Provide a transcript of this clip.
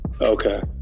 Okay